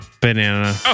banana